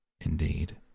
Indeed